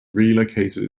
relocated